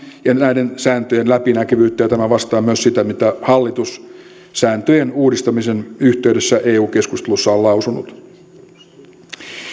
ja näiden sääntöjen läpinäkyvyyteen liittyvän kannan tämä vastaa myös sitä mitä hallitus sääntöjen uudistamisen yhteydessä eu keskusteluissa on lausunut